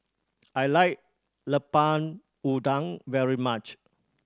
I like Lemper Udang very much